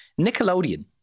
Nickelodeon